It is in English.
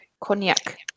Cognac